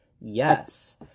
Yes